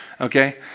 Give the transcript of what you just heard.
okay